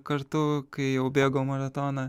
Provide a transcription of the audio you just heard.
kartu kai jau bėgom maratoną